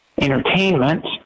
entertainment